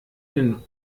den